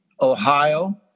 Ohio